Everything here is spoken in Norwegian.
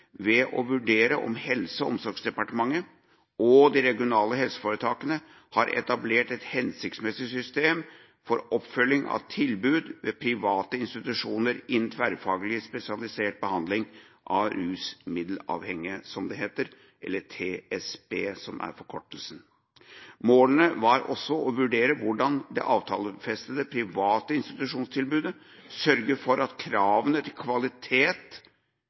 å vurdere om Helse- og omsorgsdepartementet og de regionale helseforetakene har etablert et hensiktsmessig system for oppfølging av tilbud ved private institusjoner innenfor tverrfaglig spesialisert behandling av rusmiddelavhengige, eller TSB, som er forkortelsen. Formålet var også å vurdere hvordan det avtalefestede private institusjonstilbudet sørger for at kravene til kvalitet